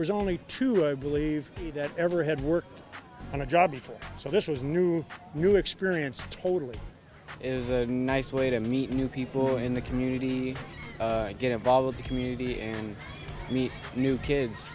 was only two i believe that ever had worked on a job before so this was new new experience totally is a nice way to meet new people in the community get involved in community and meet new kids